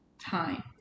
time